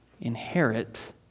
inherit